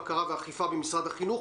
בקרה ואכיפה במשרד החינוך.